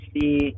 see